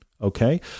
okay